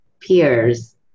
peers